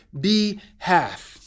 behalf